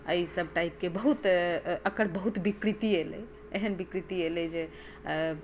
एहि सभ टाइपके बहुत एकर बहुत विकृति एलै एहन विकृति एलै जे